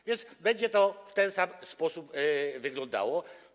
A więc będzie to w ten sam sposób wyglądało.